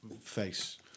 face